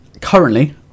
currently